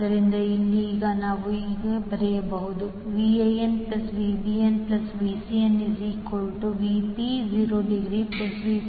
ಆದ್ದರಿಂದ ಇಲ್ಲಿ ಈಗ ನೀವು ಲೆಕ್ಕ ಹಾಕಿದರೆ VanVbnVcnVp∠0°Vp∠ 120°Vp∠120° Vp1 0